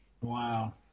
Wow